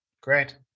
great